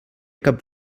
cap